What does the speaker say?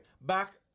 back